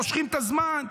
מושכים את הזמן.